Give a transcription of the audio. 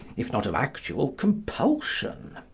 if not of actual compulsion.